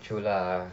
true lah